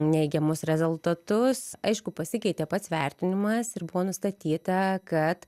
neigiamus rezultatus aišku pasikeitė pats vertinimas ir buvo nustatyta kad